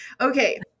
Okay